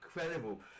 incredible